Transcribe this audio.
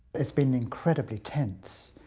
it's been incredibly tense.